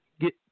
get